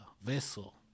vessel